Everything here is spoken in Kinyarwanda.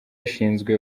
ashinzwe